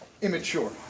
immature